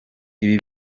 ibi